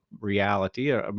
reality